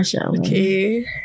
okay